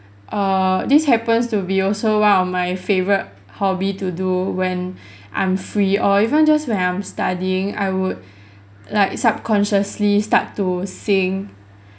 err this happens to be also one of my favourite hobby to do when I'm free or even just when I'm studying I would like subconsciously start to sing